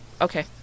okay